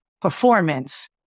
performance